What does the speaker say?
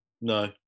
No